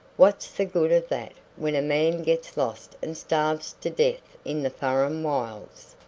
what's the good of that when a man gets lost and starves to death in the furren wilds!